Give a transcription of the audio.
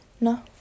No